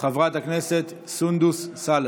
חברת הכנסת סונדוס סאלח,